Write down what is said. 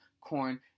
corn